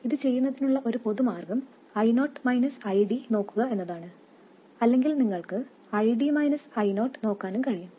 ഇത് ചെയ്യുന്നതിനുള്ള ഒരു പൊതു മാർഗ്ഗം I0 ID നോക്കുക എന്നതാണ് അല്ലെങ്കിൽ നിങ്ങൾക്ക് ID I0 നോക്കാനും കഴിയും